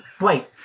wait